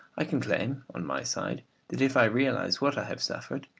i can claim on my side that if i realise what i have suffered,